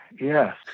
Yes